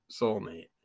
soulmate